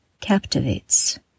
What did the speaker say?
captivates